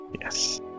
Yes